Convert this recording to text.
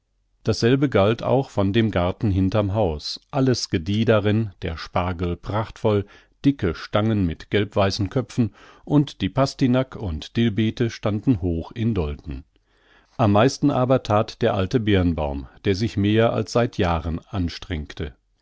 dasselbe galt auch von dem garten hinterm haus alles gedieh darin der spargel prachtvoll dicke stangen mit gelbweißen köpfen und die pastinak und dill beete standen hoch in dolden am meisten aber that der alte birnbaum der sich mehr als seit jahren anstrengte